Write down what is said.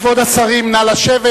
כבוד השרים, נא לשבת.